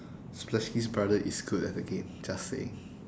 splashske's brother is good at the game just saying